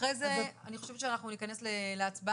אחרי זה אני חושבת שאנחנו ניכנס להצבעה,